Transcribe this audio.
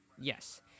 Yes